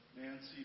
Nancy